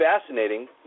fascinating